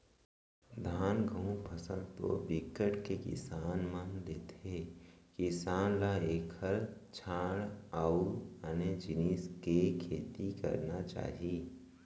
धान, गहूँ फसल तो बिकट के किसान मन ह लेथे किसान ल एखर छांड़ अउ आने जिनिस के खेती करना चाही